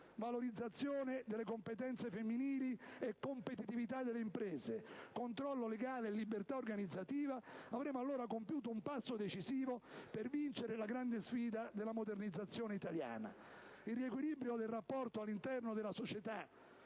valorizzazione delle competenze femminili e competitività delle imprese, controllo legale e libertà organizzativa, avremo compiuto un passo decisivo per vincere la grande sfida della modernizzazione italiana. Il riequilibrio del rapporto all'interno della società,